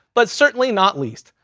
but certainly not least,